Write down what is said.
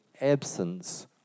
absence